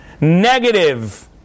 negative